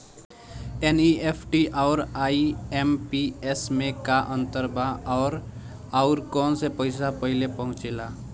NEFT आउर IMPS मे का अंतर बा और आउर कौना से पैसा पहिले पहुंचेला?